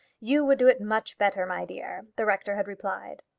you would do it much better, my dear, the rector had replied.